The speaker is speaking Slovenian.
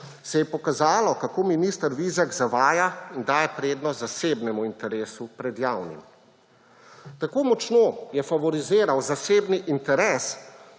se je pokazalo, kako minister Vizjak zavaja in daje prednost zasebnemu interesu pred javnim. Tako močno je favoriziral zasebni interes,